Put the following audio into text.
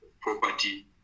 property